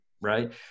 right